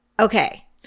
Okay